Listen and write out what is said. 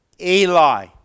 Eli